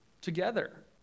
together